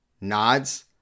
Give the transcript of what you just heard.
nods